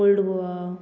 old Goa